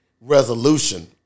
resolution